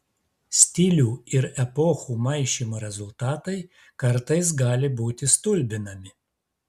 stilių ir epochų maišymo rezultatai kartais gali būti stulbinami